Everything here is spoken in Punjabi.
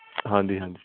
ਹਾਂਜੀ ਹਾਂਜੀ